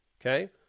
Okay